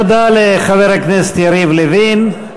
תודה לחבר הכנסת יריב לוין.